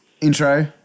intro